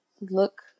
look